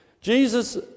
Jesus